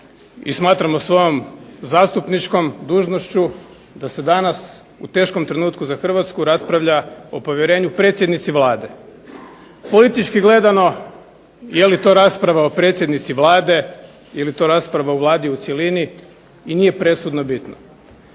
smatramo svojom zastupničkom dužnošću da se danas u teškom trenutku za Hrvatsku raspravlja o povjerenju predsjednici Vlade. Politički gledano je li to rasprava o predsjednici Vlade, je li to rasprava o Vladi u cjelini i nije presudno bitno.